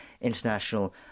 international